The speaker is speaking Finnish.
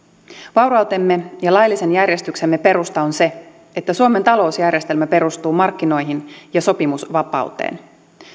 vaurautemme ja laillisen järjestyksemme perusta on se että suomen talousjärjestelmä perustuu markkinoihin ja sopimusvapauteen